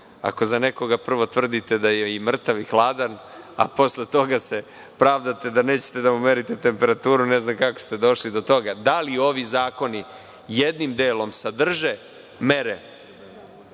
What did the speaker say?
ako za nekoga prvo tvrdite da je i mrtav i hladan, a posle toga se pravdate da nećete da mu merite temperaturu, ne znam kako ste uopšte došli do toga. Da li ovi zakoni jednim delom sadrže mere